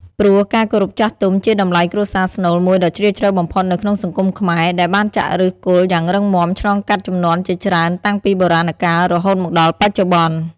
ព្រោះការគោរពចាស់ទុំជាតម្លៃគ្រួសារស្នូលមួយដ៏ជ្រាលជ្រៅបំផុតនៅក្នុងសង្គមខ្មែរ ដែលបានចាក់ឫសគល់យ៉ាងរឹងមាំឆ្លងកាត់ជំនាន់ជាច្រើនតាំងពីបុរាណកាលរហូតមកដល់បច្ចុប្បន្ន។